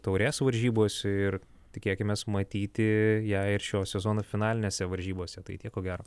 taurės varžybose ir tikėkimės matyti ją ir šio sezono finalinėse varžybose tai tiek ko gero